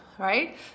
right